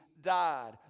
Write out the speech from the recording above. died